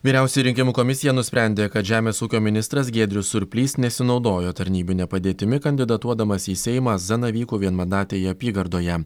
vyriausioji rinkimų komisija nusprendė kad žemės ūkio ministras giedrius surplys nesinaudojo tarnybine padėtimi kandidatuodamas į seimą zanavykų vienmandatėje apygardoje